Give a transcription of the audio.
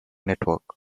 network